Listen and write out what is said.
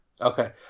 Okay